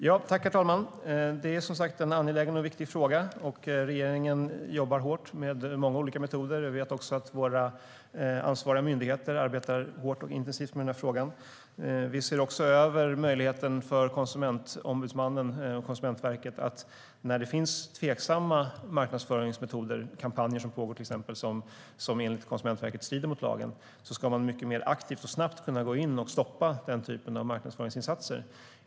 Herr talman! Det är en angelägen och viktig fråga. Regeringen jobbar hårt med många olika metoder. Vi vet också att våra ansvariga myndigheter arbetar hårt och intensivt med frågan. Vi ser också över möjligheten för Konsumentombudsmannen och Konsumentverket att när det finns tveksamma marknadsföringsmetoder, till exempel kampanjer som pågår, som enligt Konsumentverket strider mot lagen mycket mer aktivt och snabbt kunna gå in och stoppa den typen av marknadsföringsinsatser.